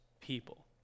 people